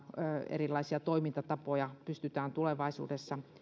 erilaisia toimintatapoja pystytään tulevaisuudessa